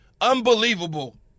Unbelievable